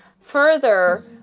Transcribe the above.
further